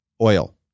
oil